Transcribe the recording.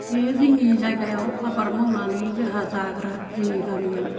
बे जोंनि जायगायाव आबाद मावनानै जोंहा जाग्रा जोंनि गामियाव